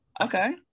Okay